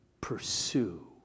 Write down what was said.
pursue